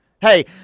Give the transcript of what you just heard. Hey